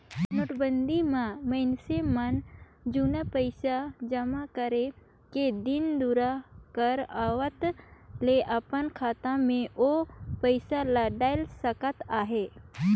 नोटबंदी म मइनसे मन जुनहा पइसा जमा करे के दिन दुरा कर आवत ले अपन खाता में ओ पइसा ल डाएल सकत अहे